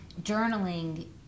journaling